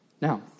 Now